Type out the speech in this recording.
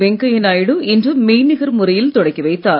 வெங்கையா நாயுடு இன்று மெய்நிகர் முறையில் தொடக்கி வைத்தார்